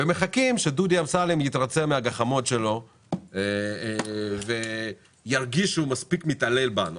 ומחכים שדודי אמסלם יתרצה מהגחמות שלו וירגיש שהוא מספיק מתעלל בנו.